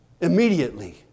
immediately